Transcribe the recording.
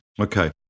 Okay